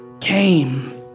came